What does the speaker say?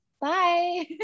bye